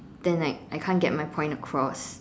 then like I can't get my point across